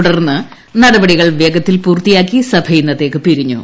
തുടർന്ന് നടപടികൾ പൂർത്തിയാക്കി സഭ ഇന്നത്തേക്ക് പിരിഞ്ഞു